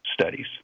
studies